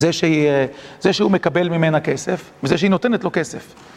זה שהיא... זה שהוא מקבל ממנה כסף, וזה שהיא נותנת לו כסף.